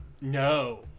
no